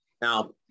Now